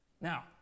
Now